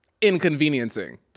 inconveniencing